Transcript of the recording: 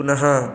पुनः